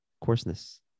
coarseness